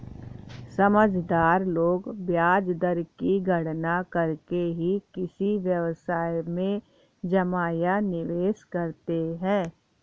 समझदार लोग ब्याज दर की गणना करके ही किसी व्यवसाय में जमा या निवेश करते हैं